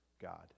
God